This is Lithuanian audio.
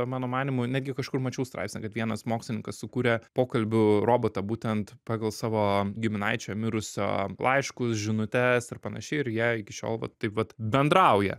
mano manymu netgi kažkur mačiau straipsnį kad vienas mokslininkas sukūrė pokalbių robotą būtent pagal savo giminaičio mirusio laiškus žinutes ir panašiai ir jie iki šiol vat taip vat bendrauja